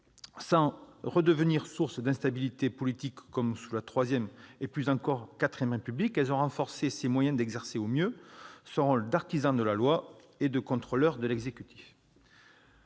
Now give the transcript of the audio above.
Sans redevenir source d'instabilité politique comme sous la III et, plus encore, la IV République, elles ont renforcé ses moyens d'exercer au mieux son rôle d'artisan de la loi et de contrôleur de l'exécutif.